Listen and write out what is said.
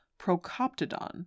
Procoptodon